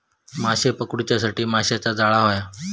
माशे पकडूच्यासाठी माशाचा जाळां होया